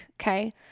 Okay